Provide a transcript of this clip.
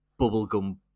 bubblegum